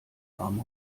arm